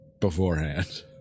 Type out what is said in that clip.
beforehand